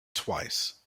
twice